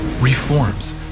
reforms